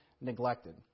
neglected